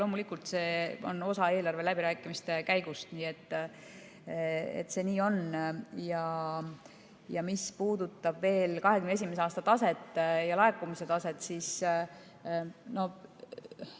loomulikult on see osa eelarveläbirääkimiste käigust. Nii et see nii on. Mis puudutab veel 2021. aasta taset ja laekumise taset, siis on